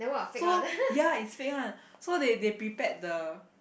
so ya it's fake one so they they prepared the